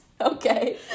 Okay